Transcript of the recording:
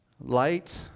Light